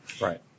Right